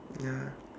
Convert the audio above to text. ya